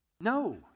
No